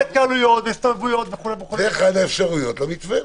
זה אחת האפשרויות למתווה.